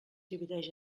divideix